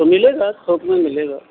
वह मिलेगा थोक में मिलेगा